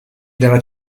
della